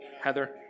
Heather